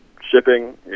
shipping